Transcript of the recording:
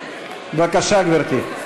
בבקשה, גברתי.